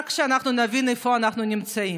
רק שנבין איפה אנחנו נמצאים.